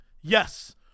Yes